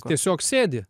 tiesiog sėdi